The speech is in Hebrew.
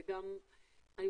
צוהריים טובים.